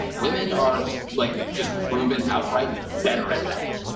women are like just proven outright better at that.